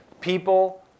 People